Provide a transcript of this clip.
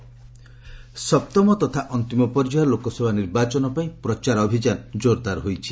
campaigning ସପ୍ତମ ତଥା ଅନ୍ତିମ ପର୍ଯ୍ୟାୟ ଲୋକସଭା ନିର୍ବାଚନ ପାଇଁ ପ୍ରଚାର ଅଭିଯାନ କୋରଦାର ହୋଇଛି